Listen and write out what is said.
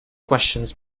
questions